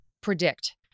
predict